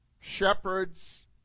shepherds